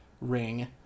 ring